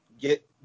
get